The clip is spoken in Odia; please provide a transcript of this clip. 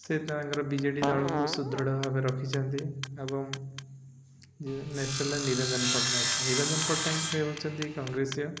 ସେ ତାଙ୍କର ବି ଜେ ଡ଼ି ଦଳକୁ ସୁଦୃଢ଼ ଭାବେ ରଖିଛନ୍ତି ଏବଂ ନେକ୍ସଟ୍ ହେଲେ ନିରଞ୍ଜନ ପଟ୍ଟନାୟକ ନିରଞ୍ଜନ ପଟ୍ଟନାୟକ ସେ ହଉଛନ୍ତି କଂଗ୍ରେସିଆ